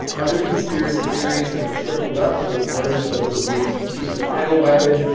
other conspiracy theories have trickled up they've emerged about this being a strategic bio weapon,